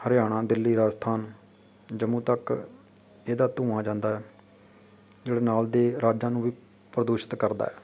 ਹਰਿਆਣਾ ਦਿੱਲੀ ਰਾਜਸਥਾਨ ਜੰਮੂ ਤੱਕ ਇਹਦਾ ਧੂੰਆਂ ਜਾਂਦਾ ਜਿਹੜਾ ਨਾਲ ਦੇ ਰਾਜਾਂ ਨੂੰ ਵੀ ਪ੍ਰਦੂਸ਼ਿਤ ਕਰਦਾ ਹੈ